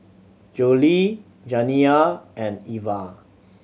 Jolie Janiya and Eva